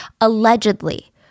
allegedly